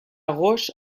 roche